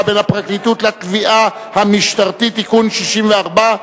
בין הפרקליטות לתביעה המשטרתית) (תיקון מס' 64),